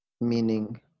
meaning